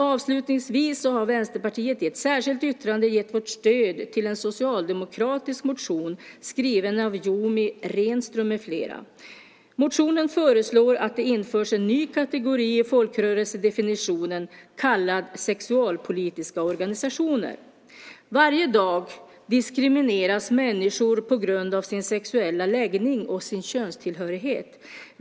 Avslutningsvis har vi i Vänsterpartiet i ett särskilt yttrande gett vårt stöd till en socialdemokratisk motion skriven av Yoomi Renström med flera. Motionen föreslår att det införs en ny kategori i folkrörelsedefinitionen, kallad sexualpolitiska organisationer. Varje dag diskrimineras människor på grund av sin sexuella läggning och sin könstillhörighet.